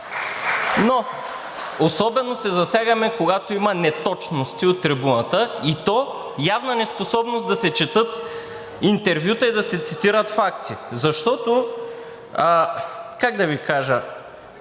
Но особено се засягаме, когато има неточности от трибуната, и то явна неспособност да се четат интервюта и да се цитират факти, защото, как да Ви кажа…